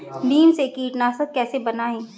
नीम से कीटनाशक कैसे बनाएं?